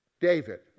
David